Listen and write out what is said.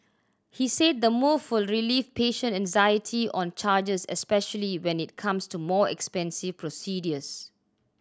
he said the move will relieve patient anxiety on charges especially when it comes to more expensive procedures